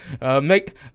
make